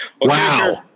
Wow